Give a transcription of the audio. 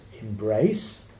embrace